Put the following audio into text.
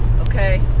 okay